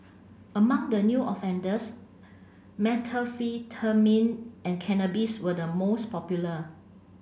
among the new offenders methamphetamine and cannabis were the most popular